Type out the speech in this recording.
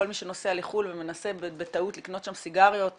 כל מי שנוסע לחו"ל ומנסה בטעות לקנות שם סיגריות רואה,